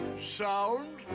sound